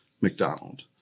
McDonald